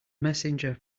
messenger